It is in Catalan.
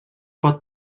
pot